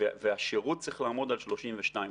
והשירות צריך לעמוד על 32 חודשים.